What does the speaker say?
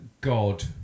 God